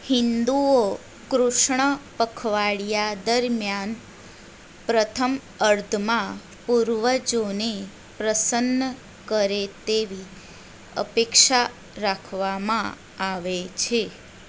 હિંદુઓ કૃષ્ણ પખવાડીયા દરમિયાન પ્રથમ અર્ધમાં પૂર્વજોને પ્રસન્ન કરે તેવી અપેક્ષા રાખવામાં આવે છે